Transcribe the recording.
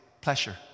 pleasure